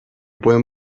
pueden